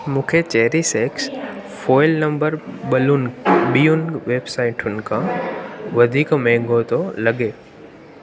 मूंखे cherish X foil number balloon ॿियनि वेबसाइटुनि खां वधीक महांगो थो लॻे